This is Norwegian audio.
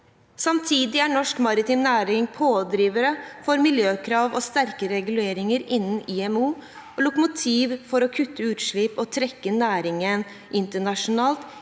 Samtidig er norsk maritim næring pådrivere for miljøkrav og sterkere reguleringer innen IMO og lokomotiv for å kutte utslipp og trekke næringen internasjonalt